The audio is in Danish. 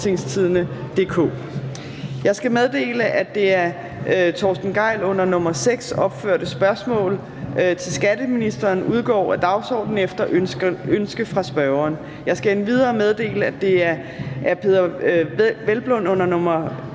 Jeg skal meddele, at det af Torsten Gejl under nr. 6 opførte spørgsmål (S 394) til skatteministeren udgår af dagsordenen efter ønske fra spørgeren. Jeg skal endvidere meddele, at det af Peder Hvelplund under nr.